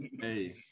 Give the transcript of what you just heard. Hey